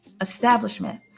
establishment